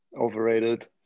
overrated